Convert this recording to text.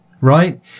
Right